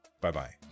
Bye-bye